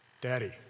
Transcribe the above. Daddy